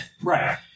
Right